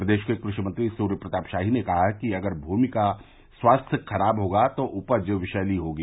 प्रदेश के कृषि मंत्री सूर्य प्रताप शाही ने कहा है कि अगर भूमि का स्वास्थ्य खराब होगा तो उपज विषैली होगी